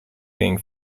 being